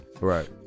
Right